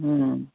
ਹਮ